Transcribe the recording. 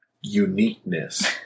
uniqueness